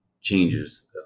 changes